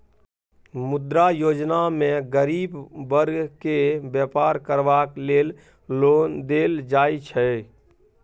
मुद्रा योजना मे गरीब बर्ग केँ बेपार करबाक लेल लोन देल जाइ छै